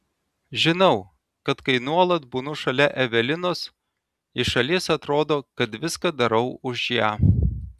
žinau kad kai nuolat būnu šalia evelinos iš šalies atrodo kad viską darau už ją